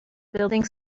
building